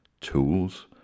Tools